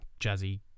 Jazzy